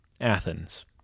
Athens